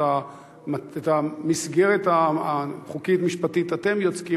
את המסגרת החוקית משפטית אתם יוצקים.